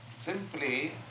Simply